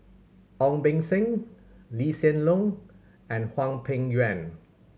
Ong Beng Seng Lee Hsien Loong and Hwang Peng Yuan